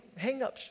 hangups